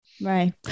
Right